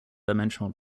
dimensional